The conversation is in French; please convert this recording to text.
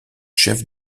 chef